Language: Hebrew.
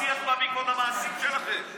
השיח בא מכל המעשים שלכם.